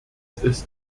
ist